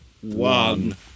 one